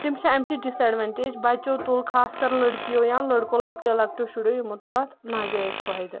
تِم چھِ امچہِ ڈِس اٮ۪ڈونٹیج بچو تُل خاص کر لٔڑکِیَو یا لٔڑکو لۄکٹٮ۪و لۄکٹیٚو شُرٮ۪و یِمو تُل اتھ ناجٲیز فٲیدٕ